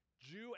Jew